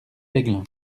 aiglun